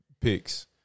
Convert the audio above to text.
picks